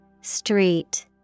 Street